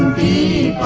the